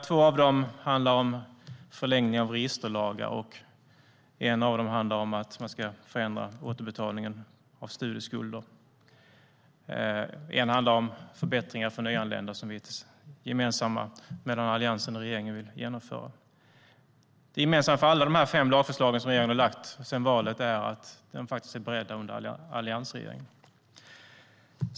Två av dem handlar om förlängning av registerlagar, ett handlar om att man ska förändra återbetalningen av studieskulder, och ett handlar om förbättringar för nyanlända, ett förslag som Alliansen och regeringen gemensamt vill genomföra. Det gemensamma för alla fem lagförslagen som regeringen har lagt fram sedan valet är att de är beredda under alliansregeringen.